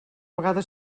vegada